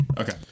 Okay